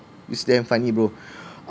it's damn funny bro